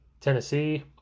Tennessee